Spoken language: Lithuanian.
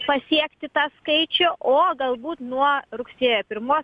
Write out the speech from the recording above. pasiekti tą skaičių o galbūt nuo rugsėjo pirmos